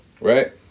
right